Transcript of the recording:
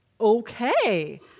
Okay